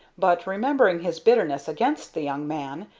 but, remembering his bitterness against the young man,